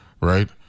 right